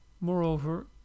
Moreover